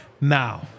now